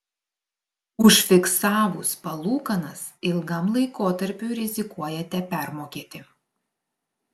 užfiksavus palūkanas ilgam laikotarpiui rizikuojate permokėti